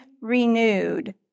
renewed